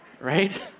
Right